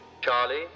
Charlie